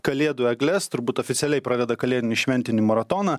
kalėdų egles turbūt oficialiai pradeda kalėdinį šventinį maratoną